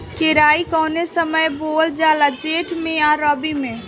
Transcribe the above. केराई कौने समय बोअल जाला जेठ मैं आ रबी में?